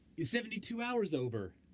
is seventy two hours over?